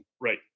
right